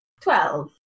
Twelve